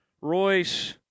Royce